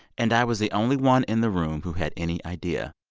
and i was the only one in the room who had any idea.